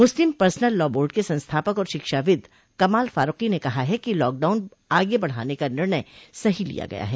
मुस्लिम personal law board के संस्थापक और शिक्षाविद कमाल फारूकी ने कहा है कि लॉकडाउन आगे बढाने का निर्णय सही लिया गया है